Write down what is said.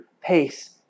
pace